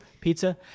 pizza